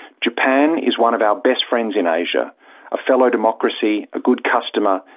japan is one of our best friends in asia a fellow democracy, a good customer,